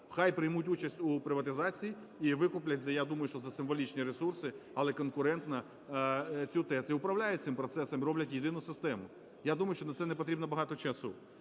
хай приймуть участь у приватизації і викуплять, я думаю, що за символічні ресурси, але конкурентну цю ТЕЦ, і управляють цим процесом, і роблять єдину систему. Я думаю, що на це не потрібно багато часу.